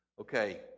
Okay